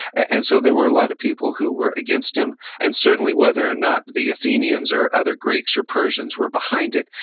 and so, there were a lot of people who were against him, and certainly, whether or not, the athenians or other greeks or persians were behind it.